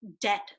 dead